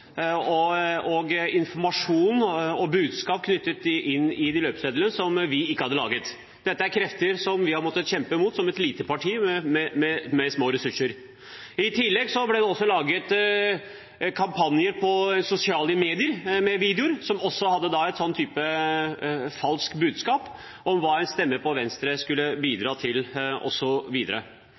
og med informasjon og budskap som vi ikke hadde laget. Dette er krefter vi har måttet kjempe imot som et lite parti med små ressurser. I tillegg ble det laget en kampanje på sosiale medier med videoer som også hadde et falskt budskap – om hva en stemme på Venstre skulle bidra til,